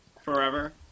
Forever